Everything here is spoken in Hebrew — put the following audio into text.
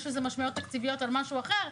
יש לזה משמעויות תקציביות על משהו אחר,